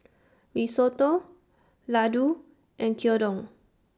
Risotto Ladoo and Gyudon